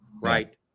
Right